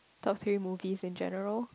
top three movies in general